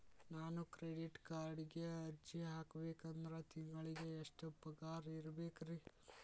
ನಾನು ಕ್ರೆಡಿಟ್ ಕಾರ್ಡ್ಗೆ ಅರ್ಜಿ ಹಾಕ್ಬೇಕಂದ್ರ ತಿಂಗಳಿಗೆ ಎಷ್ಟ ಪಗಾರ್ ಇರ್ಬೆಕ್ರಿ?